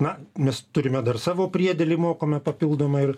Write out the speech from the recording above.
na mes turime dar savo priedėlį mokome papildomą ir